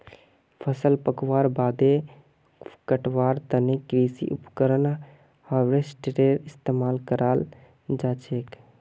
फसल पकवार बादे कटवार तने कृषि उपकरण हार्वेस्टरेर इस्तेमाल कराल जाछेक